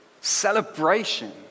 celebration